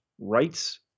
rights